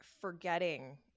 forgetting